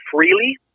freely